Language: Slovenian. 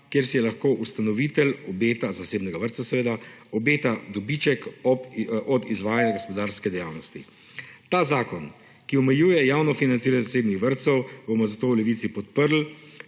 kjer si lahko ustanovitelj obeta, zasebnega vrtca seveda, dobiček od izvajanja gospodarske dejavnosti. Ta zakon, ki omejuje javno financiranje zasebnih vrtcev, bomo zato v Levici podprli.